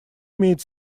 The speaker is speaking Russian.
имеет